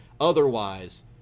otherwise